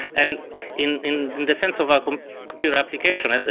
and in in the sense of like um computer application, and